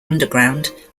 underground